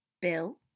Bill